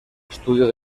estudio